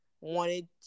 wanted